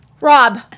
Rob